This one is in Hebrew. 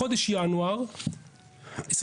בחודש ינואר 2022